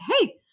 hey